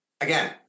Again